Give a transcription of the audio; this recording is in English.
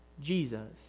jesus